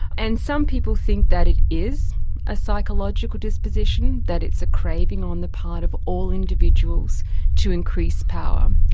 and some people think that it is a psychological disposition, that it's a craving on the part of all individuals to increase power.